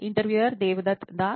interviewer Devdutt Das